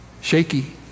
shaky